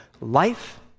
life